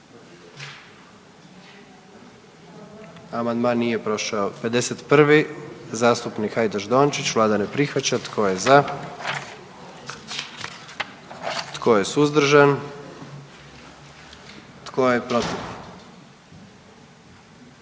zakona. 44. Kluba zastupnika SDP-a, vlada ne prihvaća. Tko je za? Tko je suzdržan? Tko je protiv?